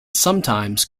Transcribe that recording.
sometimes